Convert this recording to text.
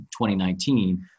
2019